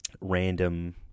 random